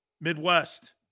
Midwest